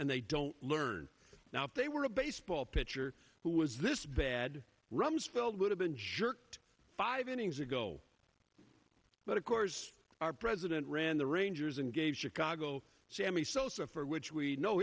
and they don't learn now if they were a baseball pitcher who was this bad rumsfeld would have been shirked five innings ago but of course our president ran the rangers and gave chicago sammy sosa for which we know